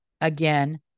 Again